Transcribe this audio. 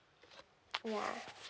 ya